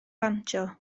banjo